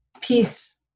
peace